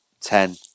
ten